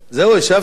זהו, השבת?